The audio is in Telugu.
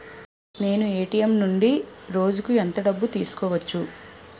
నేను ఎ.టి.ఎం నుండి రోజుకు ఎంత డబ్బు తీసుకోవచ్చు?